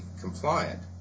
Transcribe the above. compliant